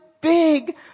big